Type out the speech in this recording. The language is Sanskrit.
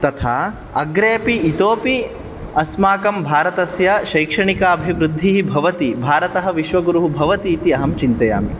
तथा अग्रेऽपि इतोऽपि अस्माकं भारतस्य शैक्षणिक अभिवृद्धिः भवति भारतः विश्वगुरुः भवति इति अहं चिन्तयामि